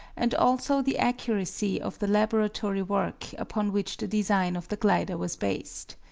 and also the accuracy of the laboratory work upon which the design of the glider was based.